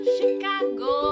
Chicago